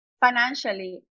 financially